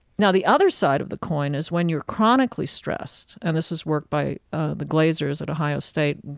now, the other side of the coin is when you're chronically stressed and this is work by ah the glasers at ohio state,